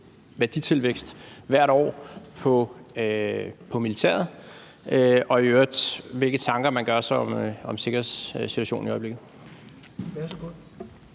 værditilvækst hvert år på militæret, og i øvrigt hvilke tanker man gør sig om sikkerhedssituationen i øjeblikket?